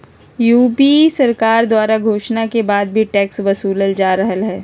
UP सरकार द्वारा घोषणा के बाद भी टैक्स वसूलल जा रहलय